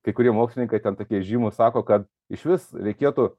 kai kurie mokslininkai ten tokie įžymūs sako kad išvis reikėtų